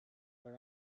but